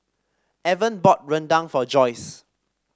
Evan bought rendang for Joyce